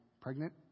pregnant